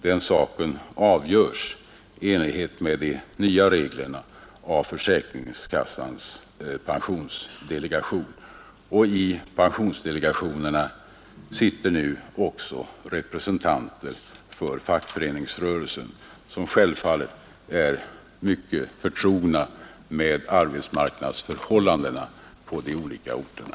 Den saken avgörs i enlighet med de nya reglerna av försäkringskassans pensionsdelegationer. Och i pensionsdelegationerna sitter nu också representanter för fackföreningsrörelsen som självfallet är mycket väl förtrogna med arbetsmarknadsförhållandena på de olika orterna.